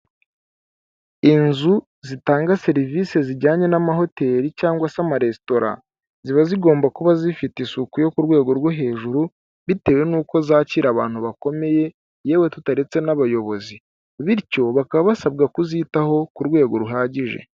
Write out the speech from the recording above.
Inzu zitanga serivisi zijyanye n'amahoteli cyangwa se amaresitora ziba zigomba kuba zifite isuku yo ku rwego rwo hejuru bitewe n'uko zakira abantu bakomeye yewe tutaretse n'abayobozi, bityo bakaba basabwa kuzitaho ku rwego ruhagije.